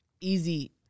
easy